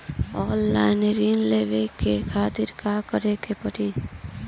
Online ऋण लेवे के खातिर का करे के पड़ी?